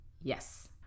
yes